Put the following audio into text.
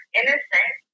innocent